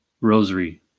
rosary